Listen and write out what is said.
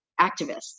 activists